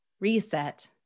reset